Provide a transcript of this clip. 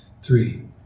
three